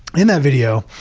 in that video,